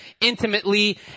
intimately